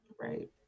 right